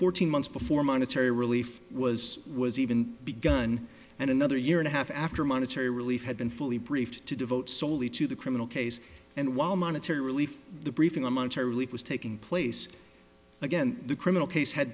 fourteen months before monetary relief was was even begun and another year and a half after monetary relief had been fully briefed to devote solely to the criminal case and while monetary relief the briefing on monetary relief was taking place again the criminal case had